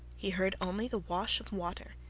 he heard only the wash of water,